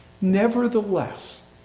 Nevertheless